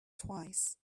twice